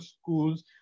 schools